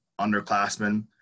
underclassmen